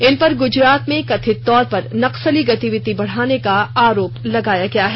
इनपर गुजरात में कथित तौर पर नक्सली गतिविधि बढ़ाने का आरोप लगाया गया है